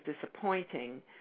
disappointing